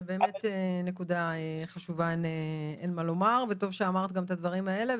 באמת נקודה חשובה וטוב שאמרת גם את הדברים האלה.